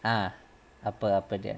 ah apa apa dia